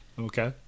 okay